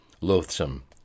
loathsome